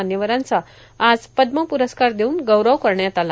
मान्यवरांचा आज पद्मप्रस्कार देऊन गौरव करण्यात आला